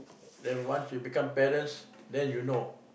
then once you become parents then you know